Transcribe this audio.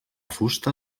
fusta